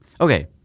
Okay